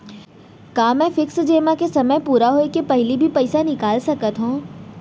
का मैं फिक्स जेमा के समय पूरा होय के पहिली भी पइसा निकाल सकथव?